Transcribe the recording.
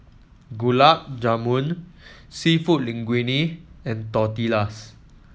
Gulab Jamun seafood Linguine and Tortillas